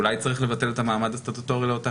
אולי צריך לבטל את המעמד הסטטוטורי לאותה